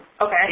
Okay